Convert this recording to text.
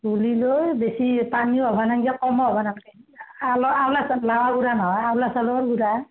গুলি লৈ বেছি টানো হ'ব নালাগে কমো হ'ব নালাগে চাউলৰ গুড়া